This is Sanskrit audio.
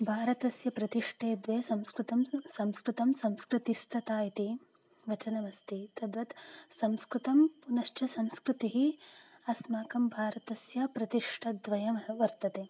भारतस्य प्रतिष्ठे द्वे संस्कृतं स् संस्कृतं संस्कृतिस्तथा इति वचनमस्ति तद्वत् संस्कृतं पुनश्च संस्कृतिः अस्माकं भारतस्य प्रतिष्ठे द्वे वर्तेते